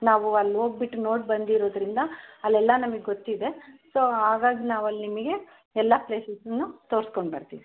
ನಾವು ಅಲ್ಲಿ ಹೋಗಿಬಿಟ್ಟು ನೋಡಿ ಬಂದಿರೋದರಿಂದ ಅಲ್ಲೆಲ್ಲ ನಮ್ಗೆ ಗೊತ್ತಿದೆ ಸೋ ಹಾಗಾಗಿ ನಾವಲ್ಲಿ ನಿಮಗೆ ಎಲ್ಲ ಪ್ಲೇಸಸನ್ನು ತೋರಿಸ್ಕೊಂಡು ಬರ್ತೀವಿ